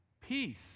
peace